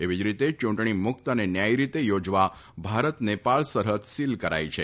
એવી જ રીતે ચૂંટણી મુક્ત અને ન્યાથી રીતે યોજવા ભારત નેપાળ સરફદ સીલ કરાઈ છે